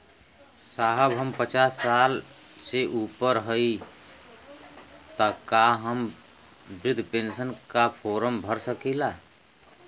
साहब हम पचास साल से ऊपर हई ताका हम बृध पेंसन का फोरम भर सकेला?